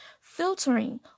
Filtering